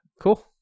Cool